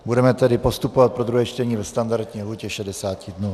Budeme tedy postupovat pro druhé čtení ve standardní lhůtě 60 dnů.